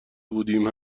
بودیم